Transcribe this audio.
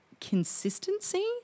consistency